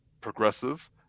progressive